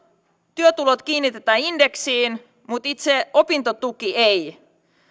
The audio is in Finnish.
työtulot kiinnitetään indeksiin mutta itse opintotukea ei